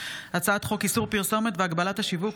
הצעת חוק איסור פרסומת והגבלת השיווק